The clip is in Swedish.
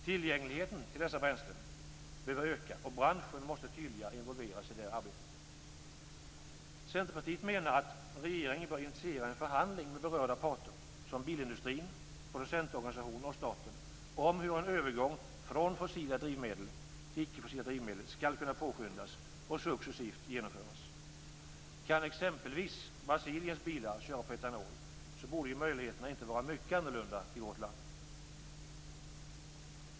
Tillgängligheten till dessa bränslen behöver öka och branschen måste tydligare involveras i det arbetet. Centerpartiet anser att regeringen bör initiera en förhandling med berörda parter såsom bilindustrin, producentorganisationer och staten om hur en övergång från fossila drivmedel till icke-fossila drivmedel skall kunna påskyndas och successivt genomföras. Kan exempelvis Brasiliens bilar köra på etanol så borde ju förutsättningarna inte vara mycket annorlunda i vårt land.